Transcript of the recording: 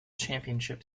championship